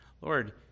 Lord